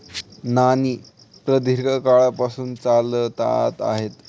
नाणी प्रदीर्घ काळापासून चलनात आहेत